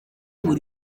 buri